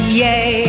yay